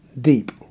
deep